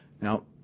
Now